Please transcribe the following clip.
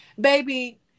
Baby